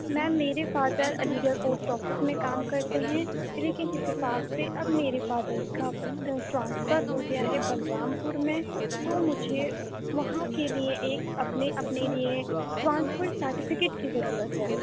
میم میرے father Aligarh post office میں کام کرتے ہیں لیکن اتفاق سے اب میرے فادر کا ٹرانسفر ہو گیا ہے بلرام پور میں تو مجھے وہاں کے لیے ایک اپنے اپنے لیے ٹرانسفر سرٹیفکٹ کی ضرورت ہے